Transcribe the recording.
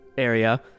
area